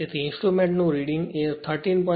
તેથી ઇન્સ્ટ્રુમેન્ટનું રીડિંગ એ 13